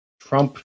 Trump